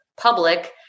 public